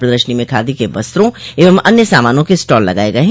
प्रदर्शनी में खादी के वस्त्रों एवं अन्य सामानों के स्टॉल लगाये गये हैं